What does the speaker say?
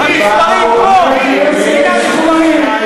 תלמד את המספרים.